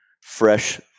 fresh